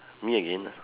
me again